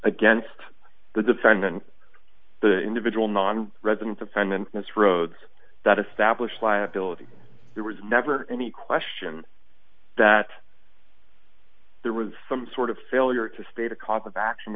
against the defendant the individual non resident of time and that's roads that establish liability there was never any question that there was some sort of failure to state a cause of action